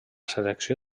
selecció